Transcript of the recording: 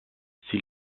sie